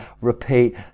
repeat